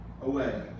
away